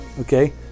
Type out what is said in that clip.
okay